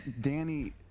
Danny